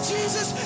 Jesus